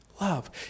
Love